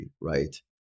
right